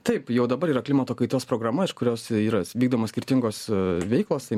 taip jau dabar yra klimato kaitos programa iš kurios yra vykdomos skirtingos veiklos